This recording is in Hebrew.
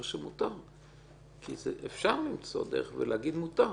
שמותר כי אפשר למצוא דרך ולהגיד מותר.